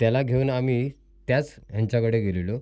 त्याला घेऊन आम्ही त्याच ह्यांच्याकडे गेलेलो